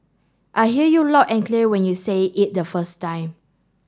I hear you loud and clear when you say it the first time